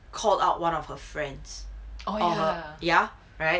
called out one of her friends !huh! ya right